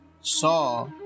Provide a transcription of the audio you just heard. saw